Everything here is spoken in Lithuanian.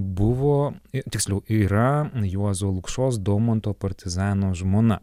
buvo tiksliau yra juozo lukšos daumanto partizano žmona